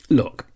look